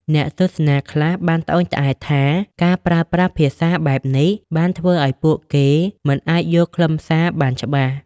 អ្នកទស្សនាខ្លះបានត្អូញត្អែរថា ការប្រើប្រាស់ភាសាបែបនេះបានធ្វើឱ្យពួកគេមិនអាចយល់ខ្លឹមសារបានច្បាស់។